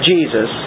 Jesus